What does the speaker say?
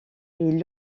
est